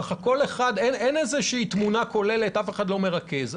אין תמונה כוללת, אף אחד לא מרכז.